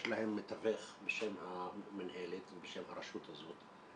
יש להם מתווך בשם המנהלת ובשם הרשות הזאת.